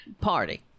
party